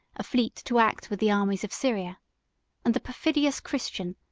a fleet to act with the armies of syria and the perfidious christian,